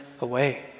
away